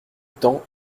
temps